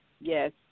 Yes